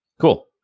Cool